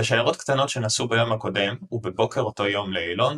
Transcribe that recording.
ושיירות קטנות שנסעו ביום הקודם ובבוקר אותו יום לאילון,